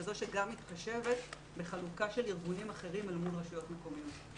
כזאת שגם מתחשבת בחלוקה של ארגונים אחרים אל מול רשויות מקומיות.